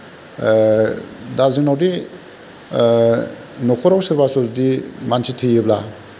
दा जोंनाव बे नखराव सोरबाफोर जुदि मानसि थैयोब्ला